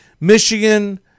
Michigan